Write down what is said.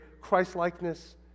Christ-likeness